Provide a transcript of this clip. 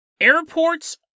airports